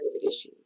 issues